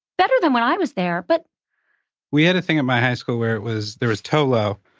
better than when i was there. but we had a thing at my high school where it was, there was tolo,